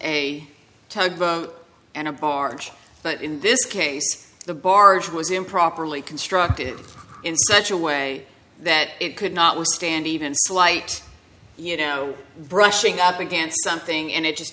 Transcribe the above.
tug and a barge but in this case the barge was improperly constructed in such a way that it could not withstand even slight you know brushing up against something and it just